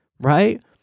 right